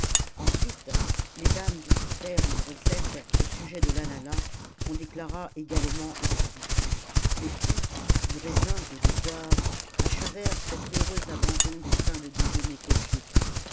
ensuite les dames discutèrent une recette au sujet de l'ananas qu'on déclara également exquis les fruits du raisin et des poires achevèrent cet heureux abandon des fins de déjeuner copieux